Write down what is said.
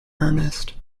earnest